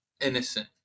innocent